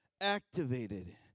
Activated